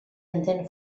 entén